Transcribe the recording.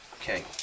okay